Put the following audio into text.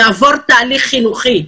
יעבור תהליך חינוכי,